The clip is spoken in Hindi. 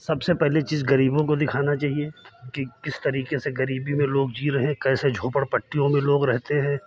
सबसे पहली चीज गरीबों को दिखाना चाहिए कि किस तरीके से गरीबी में लोग जी रहे हैं कैसे झोपड़पट्टियों में लोग रहते हैं